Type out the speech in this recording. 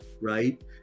Right